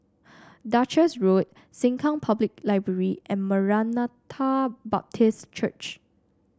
Duchess Road Sengkang Public Library and Maranatha Baptist Church